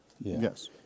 Yes